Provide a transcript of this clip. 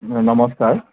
হয় নমস্কাৰ